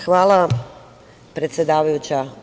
Hvala, predsedavajuća.